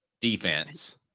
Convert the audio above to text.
defense